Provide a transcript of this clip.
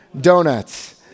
donuts